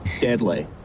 Deadly